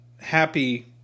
happy